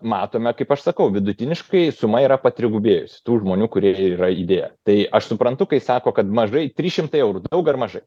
matome kaip aš sakau vidutiniškai suma yra patrigubėjusi tų žmonių kurie yra įdėję tai aš suprantu kai sako kad mažai trys šimtai eurų daug ar mažai